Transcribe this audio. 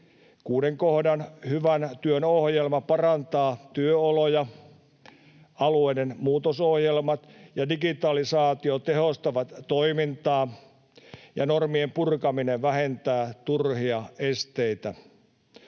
Kuuden kohdan Hyvän työn ohjelma parantaa työoloja, alueiden muutosohjelmat ja digitalisaatio tehostavat toimintaa ja normien purkaminen vähentää turhia esteitä.